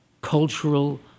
cultural